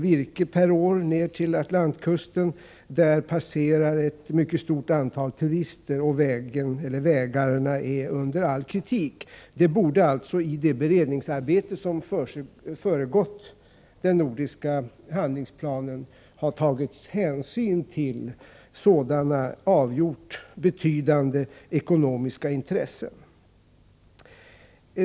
virke per år ned till Atlantkusten, där passerar ett mycket stort antal turister och vägarna är under all kritik. I det beredningsarbete som föregått den nordiska handlingsplanen borde man alltså ha tagit hänsyn till sådana avgjort betydande ekonomiska intressen.